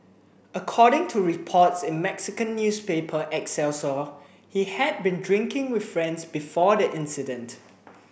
according to reports in Mexican newspaper Excelsior he had been drinking with friends before the incident